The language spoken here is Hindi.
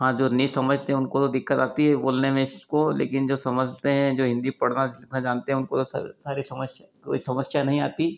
हाँ जो नहीं समझते उनको तो दिक्कत आती है बोलने में इसको लेकिन जो समझते हैं जो हिन्दी पढ़ना लिखना जानते हैं उनको तो सारी समस्या कोई समस्या नहीं आती